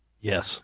Yes